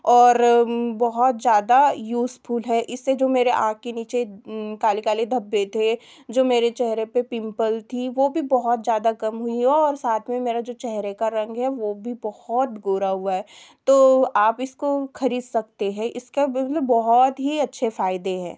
और बहुत ज़्यादा यूज़फुल है इससे जो मेरे आँख के नीचे काले काले धब्बे थे जो मेरे चेहरे पिम्पल थी वह भी बहुत ज़्यादा कम हुई है और साथ में मेरा जो चहरे का रंग है वह भी बहुत गोरा हुआ है तो आप इसको ख़रीद सकते हैं इसका मतलब बहुत ही अच्छे फायदे हैं